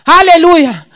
Hallelujah